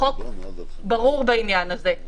החוק ברור בעניין הזה.